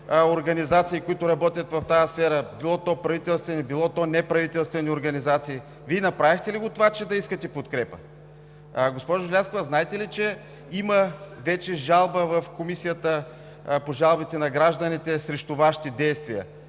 които работят в тази сфера – било правителствени, било неправителствени. Вие направихте ли това, че да искате подкрепа? Госпожо Желязкова, знаете ли, че вече има жалба в Комисията по жалбите на гражданите срещу действия,